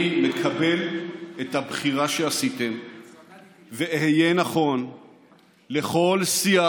אני מקבל את הבחירה שעשיתם ואהיה נכון לכל שיח